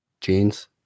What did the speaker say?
Jeans